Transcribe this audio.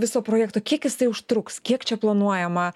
viso projekto kiek jisai užtruks kiek čia planuojama